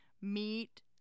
meet